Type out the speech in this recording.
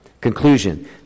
Conclusion